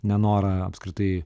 nenorą apskritai